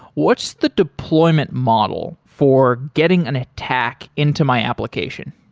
what's the deployment model for getting an attack into my application?